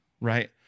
right